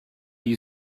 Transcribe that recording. you